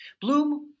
Bloom